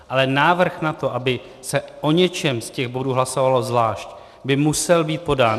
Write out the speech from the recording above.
Ale návrh na to, aby se o něčem z těch bodů hlasovalo zvlášť, by musel být podán.